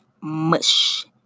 mush